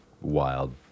wild